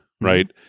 right